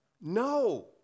No